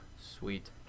Sweet